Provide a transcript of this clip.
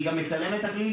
אני גם מצלם את הכלי.